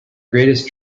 greatest